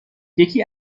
یکی